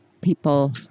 people